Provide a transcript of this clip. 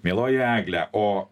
mieloji eglę o